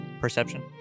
Perception